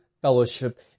Fellowship